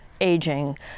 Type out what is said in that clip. aging